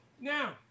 Now